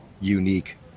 unique